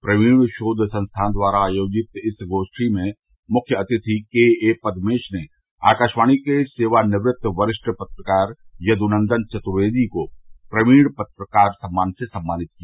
प्रवीण शोघ संस्थान द्वारा आयोजित इस गोप्ठी में मुख्य अतिथि के ए पद्मेश ने आकाशवाणी के सेवानिवृत्त वरिष्ठ पत्रकार यद्नन्दन चतुर्वेदी को प्रवीण पत्रकार सम्मान से सम्मानित किया